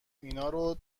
اینارو